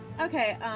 Okay